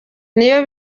niyo